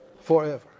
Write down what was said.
Forever